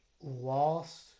lost